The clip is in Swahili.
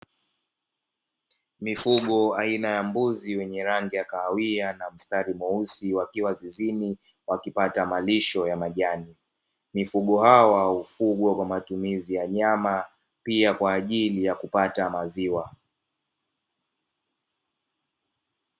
Mifugo aina ya mbuzi wenye rangi ya kahawia na mstari mweusi wakiwa zizini wakipata malisho ya majani, mifugo hawa hufunga kwa matumizi ya nyama pia kwa ajili ya kupata maziwa.